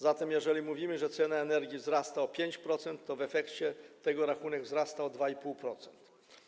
Zatem jeżeli mówimy, że cena energii wzrasta o 5%, to w efekcie tego rachunek wzrasta o 2,5%.